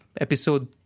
episode